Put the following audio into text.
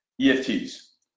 EFTs